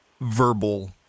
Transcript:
verbal